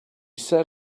sat